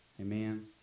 Amen